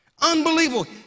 Unbelievable